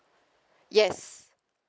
yes